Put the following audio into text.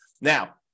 now